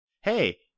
hey